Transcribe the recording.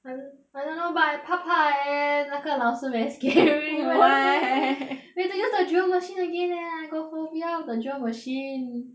I I don't know but I 怕怕 leh 那个老师 very scary we have to use the drill machine again leh I got phobia of the drill machine